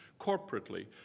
corporately